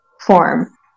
form